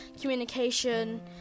communication